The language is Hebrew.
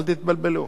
אל תתבלבלו,